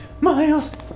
Miles